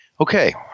Okay